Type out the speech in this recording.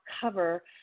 cover